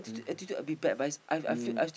mm mm